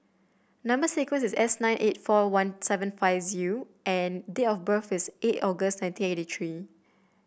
number sequence is S nine eight four one seven five U and date of birth is eight August nineteen eighty three